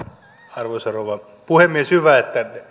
arvoisa rouva puhemies hyvä että